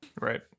Right